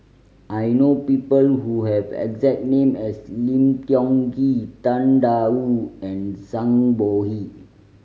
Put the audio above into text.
I know people who have exact name as Lim Tiong Ghee Tang Da Wu and Zhang Bohe